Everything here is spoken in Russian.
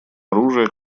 оружие